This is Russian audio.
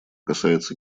касается